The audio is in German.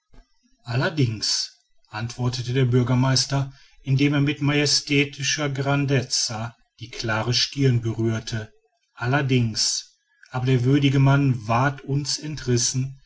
allerdings antwortete der bürgermeister indem er mit majestätischer grandezza die klare stirn berührte allerdings aber der würdige mann ward uns entrissen